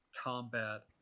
combat